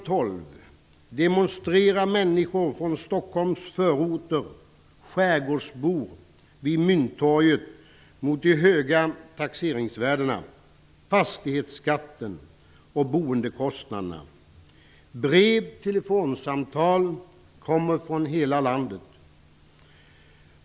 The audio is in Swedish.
12 kan vi se människor från Stockholms förorter och skärgårdsbor demonstrera vid Mynttorget mot de höga taxeringsvärdena, fastighetsskatten och boendekostnaderna. Brev och telefonsamtal kommer från hela landet.